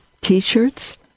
T-shirts